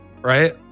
Right